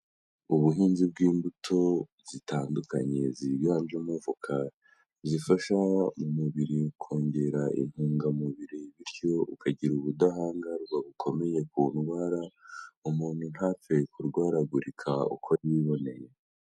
Ubuhinzi bw'imbuto zitandukanye ziganjemo voka, zifasha umubiri kongera intungamubiri bityo ukagira ubudahangarwa bukomeye ku ndwara, umuntu ntapfe kurwaragurika uko yiboneye.